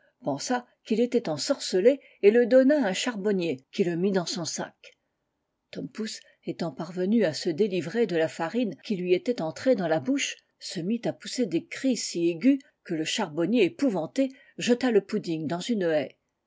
pouding pensa qu'il était ensorcelé et le donna àun charbonnier qui le mit dans son sac tom pouce étant parvenu à se délivrer de la farine qui lui était entrée dans la bouche se mit à pousser des cris si aigus que le charbonnier épouvanté jeta le pouding dans une haie